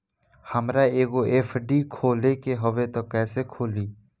हमरा एगो एफ.डी खोले के हवे त कैसे खुली?